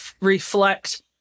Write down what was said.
reflect